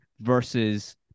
versus